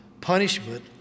punishment